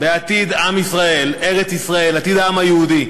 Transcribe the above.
בעתיד עם ישראל, ארץ-ישראל, עתיד העם היהודי,